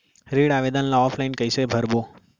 ऋण आवेदन ल ऑफलाइन कइसे भरबो?